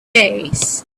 days